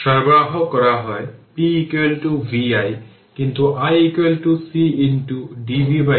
সুতরাং এখন এই জিনিসটি যে 23 RL সার্কিটের ন্যাচারাল রেসপন্স ছিল তা কারেন্টের একটি এক্সপোনেনশিয়াল ডিকে